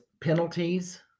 penalties